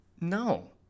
No